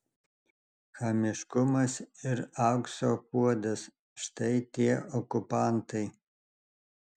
chamiškumas ir aukso puodas štai tie okupantai